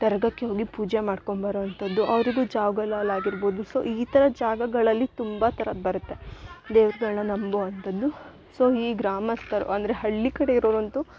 ದರ್ಗಕ್ಕೆ ಹೋಗಿ ಪೂಜೆ ಮಾಡ್ಕೊಂಡು ಬರೊಅಂಥದ್ದು ಅವರಿಗು ಜಾವ್ಗಲಾಲ್ಲಿ ಆಗಿರ್ಬೋದು ಸೊ ಈ ಥರ ಜಾಗಗಳಲ್ಲಿ ತುಂಬ ಥರದ್ ಬರುತ್ತೆ ದೇವ್ರುಗಳ್ನ ನಂಬುವಂಥದ್ದು ಸೊ ಈ ಗ್ರಾಮಸ್ತರು ಅಂದರೆ ಹಳ್ಳಿ ಕಡೆ ಇರೋರು ಅಂತು